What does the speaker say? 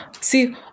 See